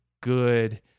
good